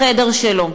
בחדר שלו,